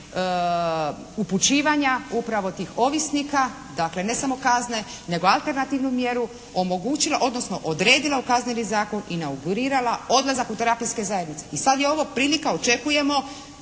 upućivanja upravo tih ovisnika, dakle ne samo kazne, nego alternativnu mjeru omogućila, odnosno odredila u Kazneni zakona i naugurirala odlazak u terapijske zajednice i sad je ovo prilika, očekujemo